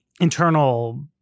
internal